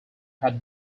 had